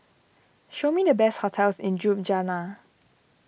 show me the best hotels in Ljubljana